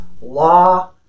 law